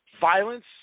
violence